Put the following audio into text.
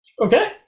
Okay